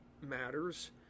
matters